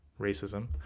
racism